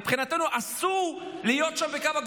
מבחינתנו, אסור להיות שם, בקו הגבול,